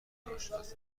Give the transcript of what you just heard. ناشناس